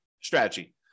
strategy